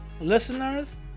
listeners